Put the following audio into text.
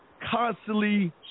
constantly